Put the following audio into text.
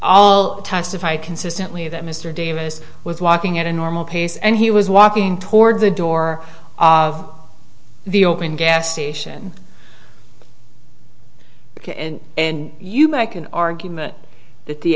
all testify consistently that mr davis was walking at a normal pace and he was walking toward the door of the open gas station and you make an argument that the